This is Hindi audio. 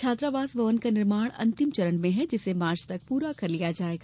छात्रावास भवन का निर्माण अंतिम चरण में है जिसे मार्च तक पूरा कर लिया जायेगा